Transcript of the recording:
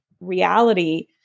reality